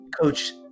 Coach